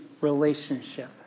relationship